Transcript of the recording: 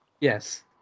Yes